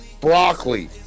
Broccoli